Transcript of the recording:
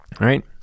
right